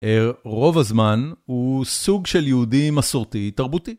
רוב הזמן הוא סוג של יהודי מסורתי-תרבותי.